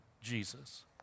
Jesus